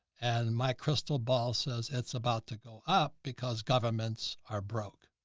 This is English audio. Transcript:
and my crystal ball says, that's about to go up because governments are broke,